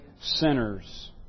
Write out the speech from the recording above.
sinners